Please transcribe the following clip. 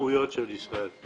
והזכויות של ישראל.